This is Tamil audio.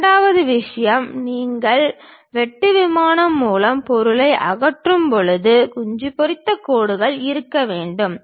இரண்டாவது விஷயம் நீங்கள் வெட்டு விமானம் மூலம் பொருளை அகற்றும்போது குஞ்சு பொரித்த கோடுகள் இருக்க வேண்டும்